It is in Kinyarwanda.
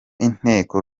nteko